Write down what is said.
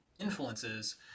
influences